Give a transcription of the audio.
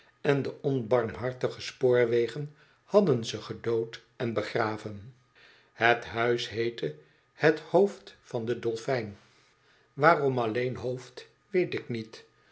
en de onbarmhartige spoorwegen hadden ze gedood en begraven het huis heette het hoofd van den dolfijn waarom alleen hoofd weet ik niet